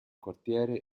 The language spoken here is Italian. quartiere